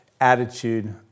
attitude